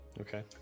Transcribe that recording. okay